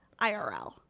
IRL